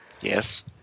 Yes